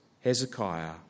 Hezekiah